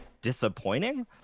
disappointing